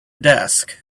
desk